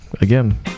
again